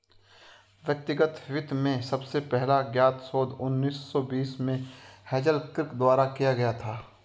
व्यक्तिगत वित्त में सबसे पहला ज्ञात शोध उन्नीस सौ बीस में हेज़ल किर्क द्वारा किया गया था